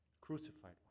Crucified